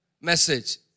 message